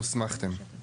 הוסמכתם.